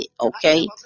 okay